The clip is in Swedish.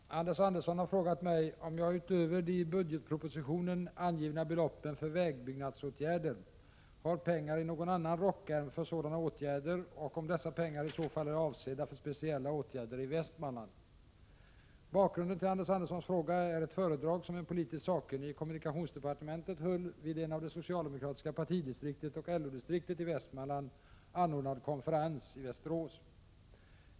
Herr talman! Anders Andersson har frågat mig om jag utöver de i budgetpropositionen angivna beloppen för vägbyggnadsåtgärder har pengar i någon annan rockärm för sådana åtgärder och om dessa pengar i så fall är avsedda för speciella åtgärder i Västmanland. Bakgrunden till Anders Anderssons fråga är ett företag som en politiskt sakkunnig i kommunikationsdepartementet höll vid en av det socialdemokratiska partidistriktet och LO-distriktet i Västmanland anordnad konferens i Västerås.